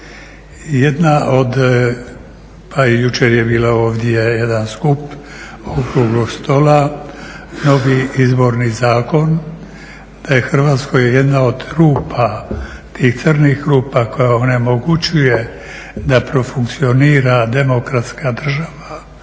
Jedna od, pa i jučer je bio ovdje jedan skup okruglog stola, novi izborni zakon da je u Hrvatskoj jedna od rupa, tih crnih rupa koja onemogućava da profunkcionira demokratska država,